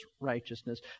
righteousness